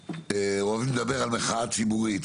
אוהבים לדבר על מחאה ציבורית,